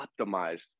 optimized